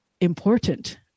important